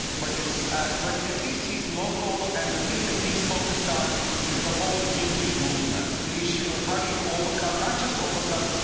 but ah but at least he's local and the thing that he's focused on is the whole yimby movement, the issue of how do you overcome not just overcome,